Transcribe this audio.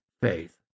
faith